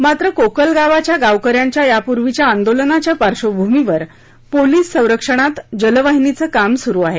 मात्र कोकलगावाच्या गावकऱ्यांच्या यापूर्वीच्या आंदोलनांच्या पार्श्वभूमीवर पोलिस संरक्षणात जलवाहिनीचं काम सुरु आहे